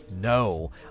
No